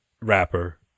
rapper